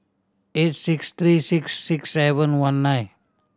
eight six three six six seven one nine